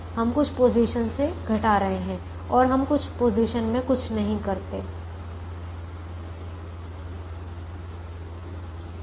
हम कुछ पोजीशन से घटा रहे हैं और हम कुछ पोजीशन मे कुछ नहीं करते हैं